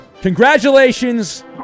congratulations